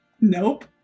Nope